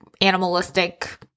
animalistic